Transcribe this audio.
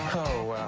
oh,